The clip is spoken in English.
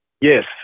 Yes